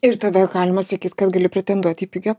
ir tada galima sakyt kad gali pretenduot į pigią